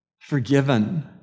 forgiven